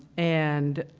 and